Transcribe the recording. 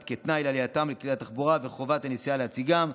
כתנאי לעלייתם לכלי התחבורה וחובת הנשיאה להציגה,